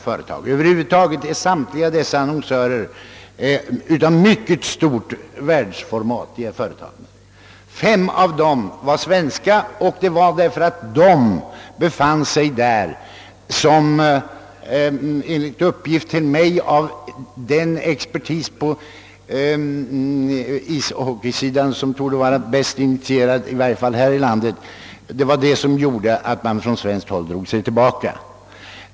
Bland dem återfanns fem stora svenska företag med internationell marknad. Enligt uppgift till mig från den expertis på ishockeysidan, som torde vara bäst initierad här i landet, drog man sig från svenskt håll tillbaka enbart därför att dessa fem svenska företag var med.